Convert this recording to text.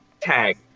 tag